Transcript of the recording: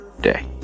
day